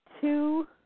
Two